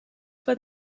for